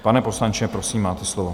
Pane poslanče, prosím, máte slovo.